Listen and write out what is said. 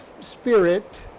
spirit